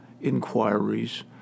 inquiries